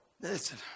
Listen